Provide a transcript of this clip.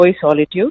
solitude